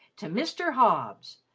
to mr. hobbs.